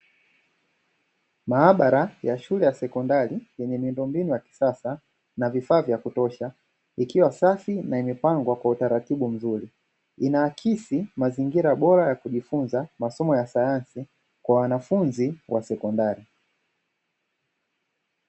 Maabara ya shule ya sekondari yenye miundombinu ya kisasa na vifaa vya kutosha ikiwa safi na imepangwa kwa utaratibu mzuri. Inaakisi mazingira bora ya kujifunza masomo ya sayansi kwa wanafunzi wa sekondari.